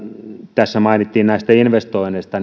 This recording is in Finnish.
tässä mainittiin näistä investoinneista